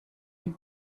you